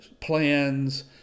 plans